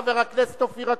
חבר הכנסת אופיר אקוניס.